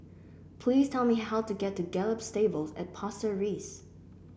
please tell me how to get to Gallop Stables at Pasir Ris